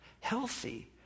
Healthy